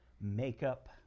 makeup